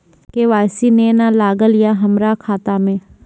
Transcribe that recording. KYC ने न लागल या हमरा खाता मैं?